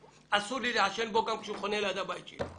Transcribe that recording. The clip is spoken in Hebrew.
אסור לי לעשן בו גם כשהוא חונה ליד הבית שלי.